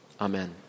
Amen